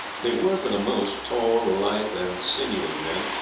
they were, for the most, tall, lithe, and sinewy men,